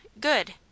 good